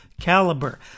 caliber